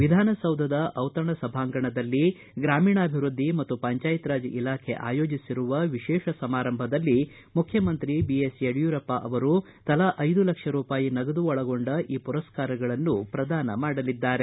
ವಿಧಾನ ಸೌಧದ ದಿತಣ ಸಭಾಂಗಣದಲ್ಲಿ ಗ್ರಾಮೀಣಾಭಿವೃದ್ಧಿ ಮತ್ತು ಪಂಚಾಯತ್ ರಾಜ್ ಇಲಾಖೆ ಆಯೋಜಿಸಿರುವ ವಿಶೇಷ ಸಮಾರಂಭದಲ್ಲಿ ಮುಖ್ಯಮಂತ್ರಿ ಬಿ ಎಸ್ ಯಡಿಯೂರಪ್ಪ ಅವರು ತಲಾ ಐದು ಲಕ್ಷ ರೂಪಾಯಿ ನಗದು ಒಳಗೊಂಡ ಈ ಪುರಸ್ಕಾರಗಳನ್ನು ಪ್ರದಾನ ಮಾಡಲಿದ್ದಾರೆ